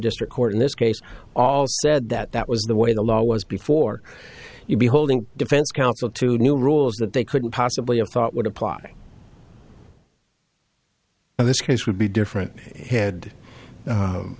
district court in this case all said that that was the way the law was before you beholding defense counsel to new rules that they couldn't possibly have thought would apply and this case would be different had